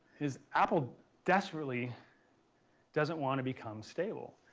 is apple desperately doesn't want to become stable.